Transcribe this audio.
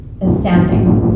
astounding